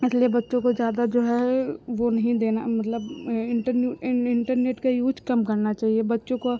इसलिए बच्चों को ज़्यादा जो है वह नहीं देना मतलब इन्टरन्यू इन्टरनेट का यूज़ कम करना चाहिए बच्चों काे